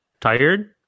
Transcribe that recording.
tired